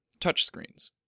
Touchscreens